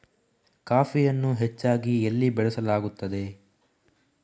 ಕಾಫಿಯನ್ನು ಹೆಚ್ಚಾಗಿ ಎಲ್ಲಿ ಬೆಳಸಲಾಗುತ್ತದೆ?